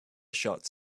shots